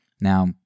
Now